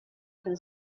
for